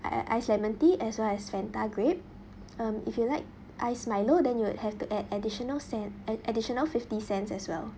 i~ i~ ice lemon tea as well as Fanta grape um if you like ice milo then you would have to add additional cent an additional fifty cents as well